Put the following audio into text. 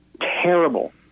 terrible